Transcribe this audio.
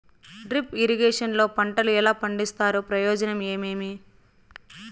Drip irrigation లో పంటలు ఎలా పండిస్తారు ప్రయోజనం ఏమేమి?